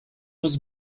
was